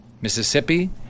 Mississippi